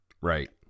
Right